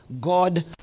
God